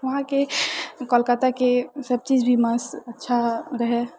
वहाँके कोलकाताके सबचीज भी मस्त अच्छा रहै